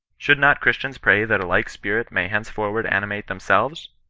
should not christians pray that a like spirit may hencefonoard animate themselves?